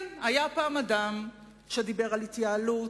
כן, היה פעם אדם שדיבר על התייעלות,